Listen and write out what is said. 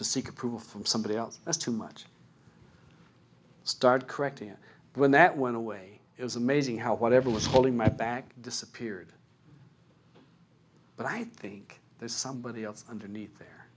to seek approval from somebody else that's too much start correcting it when that went away it was amazing how whatever was holding my back disappeared but i think there's somebody else underneath there